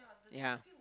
ya